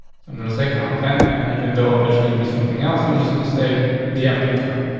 i'm gonna say content. and even though there's gonna be something else, i'm just gonna say the empty country.